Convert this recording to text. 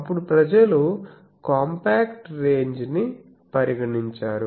అప్పుడు ప్రజలు compact range ని పరిగణించారు